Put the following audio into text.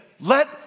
let